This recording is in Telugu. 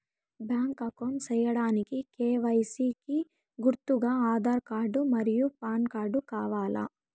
బ్యాంక్ అకౌంట్ సేయడానికి కె.వై.సి కి గుర్తుగా ఆధార్ కార్డ్ మరియు పాన్ కార్డ్ కావాలా?